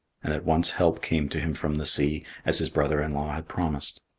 and at once help came to him from the sea, as his brother-in-law had promised.